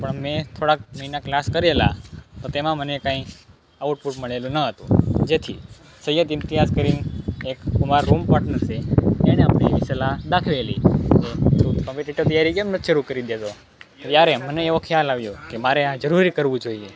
પણ મેં થોડાક મહિના ક્લાસ કરેલા તો તેમાં મને કાંઈ આઉટપુટ મળેલું ન હતું જેથી સૈયદ ઇમ્તિયાઝ કરીને એક મારો રૂમ પાર્ટનર છે એણે અમને એવી સલાહ દાખવેલી કે કોમ્પિટિટિવ તૈયારી કેમ નથી શરૂ કરી દેતો ત્યારે મને એવો ખ્યાલ આવ્યો કે મારે આ જરૂરી કરવું જોઈએ